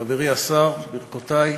חברי השר, ברכותי.